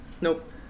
Nope